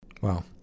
Wow